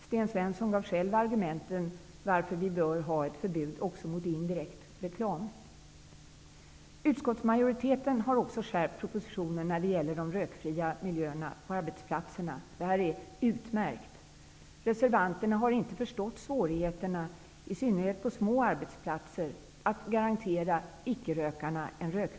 Sten Svensson har själv givit argumenten för varför det bör finnas förbud också mot indirekt reklam. Utskottsmajoriteten har också skärpt förslagen i propositionen när det gäller de rökfria miljöerna på arbetsplatserna. Detta tycker jag är utmärkt. Reservanterna har inte förstått svårigheterna att garantera icke-rökarna en rökfri miljö i synnerhet på små arbetsplatser.